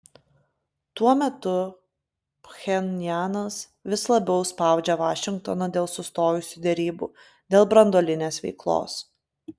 tuo metu pchenjanas vis labiau spaudžia vašingtoną dėl sustojusių derybų dėl branduolinės veiklos